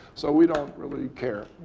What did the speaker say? so we don't really care.